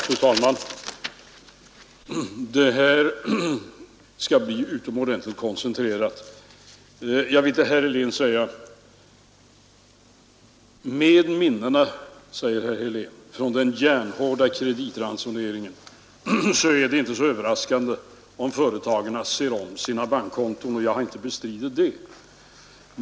Fru talman! Det här skall bli utomordentligt koncentrerat. Med minnena från den järnhårda kreditransoneringen är det inte så överraskande om företagarna ser om sina bankkonton, säger herr Helén Jag har heller inte bestridit detta.